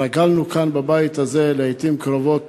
התרגלנו כאן, בבית הזה, לעתים קרובות,